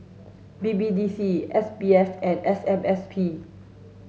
B B D C S P F and S M S P